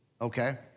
okay